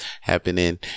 happening